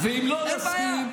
אחרי כל כך הרבה שעות ניסיון,